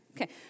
okay